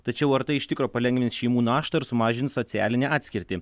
tačiau ar tai iš tikro palengvins šeimų naštą ir sumažins socialinę atskirtį